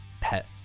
pet